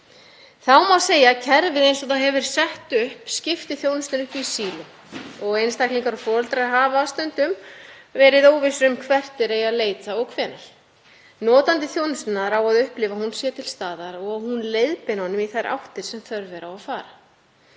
Þá má segja að kerfið eins og það hefur verið sett upp skipti þjónustunni upp í síló og einstaklingar og foreldrar hafa stundum verið óvissir um hvert þeir eigi að leita og hvenær. Notandi þjónustunnar á að upplifa að hún sé til staðar og að hún leiðbeini honum í þær áttir sem þörf er á að fara.